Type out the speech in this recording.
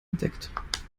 entdeckt